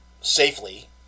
safely